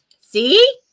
See